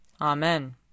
Amen